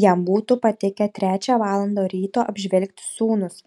jam būtų patikę trečią valandą ryto apžvelgti sūnus